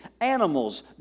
animals